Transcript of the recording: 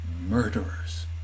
murderers